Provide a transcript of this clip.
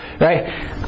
right